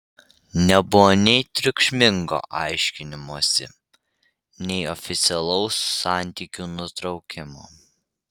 nebuvo nei triukšmingo aiškinimosi nei oficialaus santykių nutraukimo